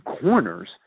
corners